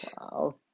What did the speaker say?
Wow